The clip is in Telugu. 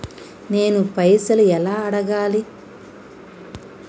నేను పైసలు ఎలా అడగాలి?